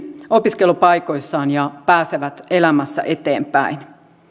opiskelupaikoissaan ja pääsevät elämässä eteenpäin